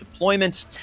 deployments